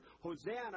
Hosanna